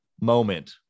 moment